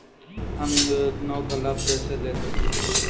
हम इन योजनाओं का लाभ कैसे ले सकते हैं?